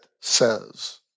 says